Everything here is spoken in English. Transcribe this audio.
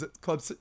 club